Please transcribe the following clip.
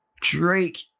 Drake